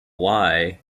wye